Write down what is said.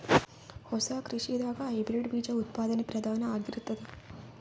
ಹೊಸ ಕೃಷಿದಾಗ ಹೈಬ್ರಿಡ್ ಬೀಜ ಉತ್ಪಾದನೆ ಪ್ರಧಾನ ಆಗಿರತದ